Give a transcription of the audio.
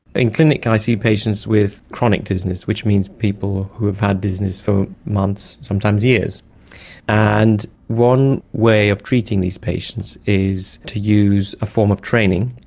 in clinic i see patients with chronic dizziness, which means people who have had dizziness for months, sometimes years and one way of treating these patients is to use a form of training,